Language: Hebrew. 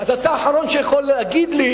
אז אתה האחרון שיכול להגיד לי,